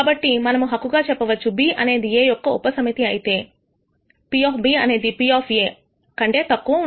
కాబట్టి మనము హక్కుగా చెప్పవచ్చు B అనేది A యొక్క ఉపసమితి అయితేP అనేది P అంటే కంటే తక్కువ ఉంది